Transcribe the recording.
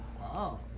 Wow